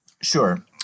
Sure